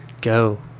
go